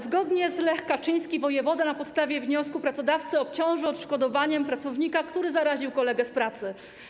Zgodnie z lex Kaczyński wojewoda na podstawie wniosku pracodawcy obciąży odszkodowaniem pracownika, który zaraził kolegę z pracy.